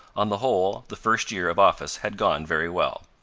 on the whole, the first year of office had gone very well.